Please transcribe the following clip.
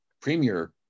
premier